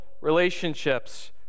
relationships